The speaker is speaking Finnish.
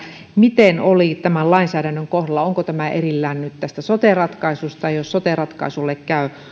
miten oli tämän lainsäädännön kohdalla onko tämä erillään nyt tästä sote ratkaisusta jos sote ratkaisulle käy